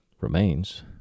remains